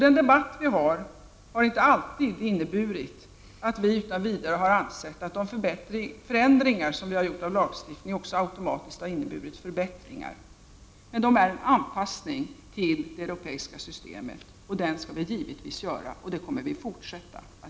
Den debatt vi för har inte alltid inneburit att vi utan vidare har ansett att de förändringar av lagstiftningen som vi har gjort också automatiskt har inneburit förbättringar. Men de är en anpassning till det europeiska systemet. Den anpassningen skall vi givetvis göra, och det kommer vi att fortsätta med.